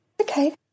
okay